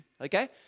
Okay